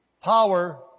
Power